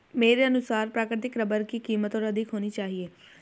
मेरे अनुसार प्राकृतिक रबर की कीमत और अधिक होनी चाहिए